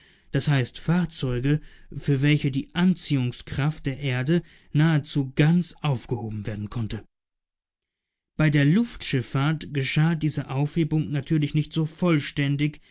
das heißt fahrzeuge für welche die anziehungskraft der erde nahezu ganz aufgehoben werden konnte bei der luftschiffahrt geschah diese aufhebung natürlich nicht so vollständig